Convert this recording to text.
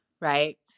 right